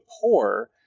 poor